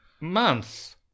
month